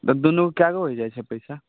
तऽ दुनूके कै गो हो जाइ छै पइसा